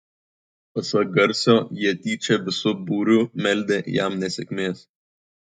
pasak garsio jie tyčia visu būriu meldę jam nesėkmės